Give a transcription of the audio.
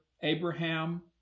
Abraham